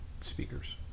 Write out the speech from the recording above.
speakers